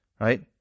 right